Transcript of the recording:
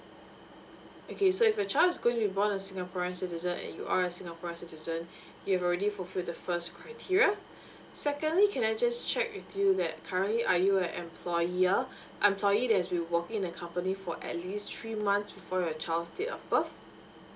okay so if your child is going to be born a singaporeans citizen and you are a singaporean citizen you have already fulfilled the first criteria secondly can I just check with you that currently are you a employer employee that's been working in a company for at least three months before your child's date of birth